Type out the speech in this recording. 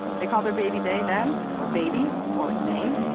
they call their baby they them, or baby, or its name.